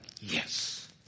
yes